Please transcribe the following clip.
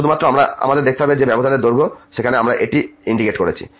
শুধুমাত্র আমাদের দেখতে হবে যে ব্যবধানের দৈর্ঘ্য যেখানে আমরা এটি ইন্টিগ্রেট করছি